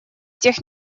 тех